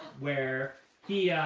where he,